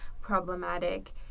problematic